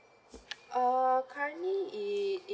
uh currently it